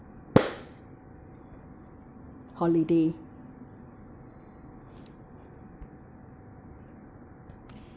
holiday